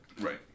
Right